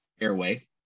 airway